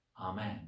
Amen